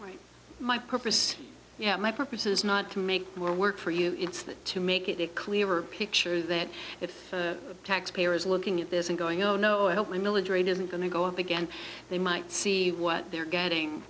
right my purpose yeah my purpose is not to make more work for you it's that to make it a clearer picture that if the taxpayer is looking at this and going oh no i hope my military isn't going to go up again they might see what they're getting